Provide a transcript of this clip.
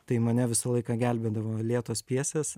tai mane visą laiką gelbėdavo lėtos pjesės